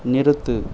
நிறுத்து